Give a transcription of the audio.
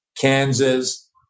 Kansas